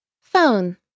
phone